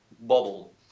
bubble